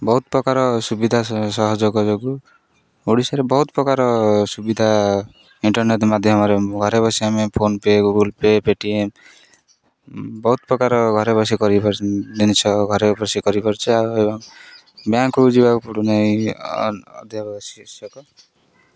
ବହୁତ ପ୍ରକାର ସୁବିଧା ସହଯୋଗ ଯୋଗୁଁ ଓଡ଼ିଶାରେ ବହୁତ ପ୍ରକାର ସୁବିଧା ଇଣ୍ଟରନେଟ୍ ମାଧ୍ୟମରେ ଘରେ ବସି ଆମେ ଫୋନ୍ପେ ଗୁଗୁଲ୍ ପେ ପେଟିଏମ୍ ବହୁତ ପ୍ରକାର ଘରେ ବସି କରିପାରୁଛୁ ଜିନିଷ ଘରେ ବସି କରିପାରୁଛେ ଆଉ ବ୍ୟାଙ୍କକୁ ଯିବାକୁ ପଡ଼ୁ ନାହିଁ ଅ ଅଧ୍ୟାବଶିଷ୍ୟକ